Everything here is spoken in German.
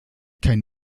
kein